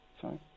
sorry